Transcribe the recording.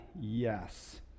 yes